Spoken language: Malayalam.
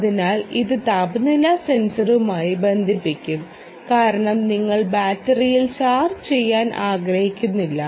അതിനാൽ ഇത് താപനില സെൻസറുമായി ബന്ധിപ്പിക്കും കാരണം നിങ്ങൾ ബാറ്ററിയിൽ ചാർജ് ചെയ്യാൻ ആഗ്രഹിക്കുന്നില്ല